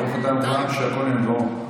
ברוך אתה ה' שהכול נהיה בדברו.